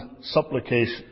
supplication